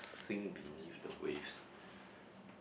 sing beneath the waves